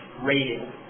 rating